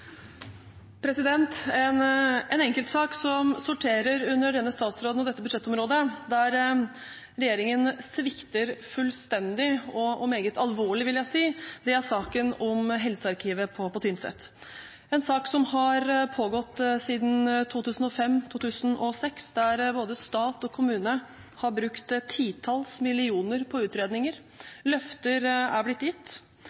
En enkeltsak som sorterer under denne statsråden og dette budsjettområdet, og der regjeringen svikter fullstendig og meget alvorlig – vil jeg si – er saken om helsearkivet på Tynset. Det er en sak som har pågått siden 2005–2006, der både stat og kommune har brukt titalls millioner på utredninger. Løfter er blitt gitt,